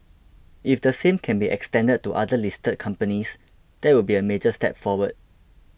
if the same can be extended to the other listed companies that would be a major step forward